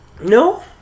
No